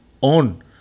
on